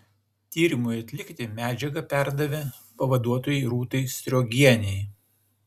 tyrimui atlikti medžiagą perdavė pavaduotojai rūtai sriogienei